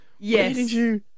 Yes